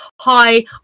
hi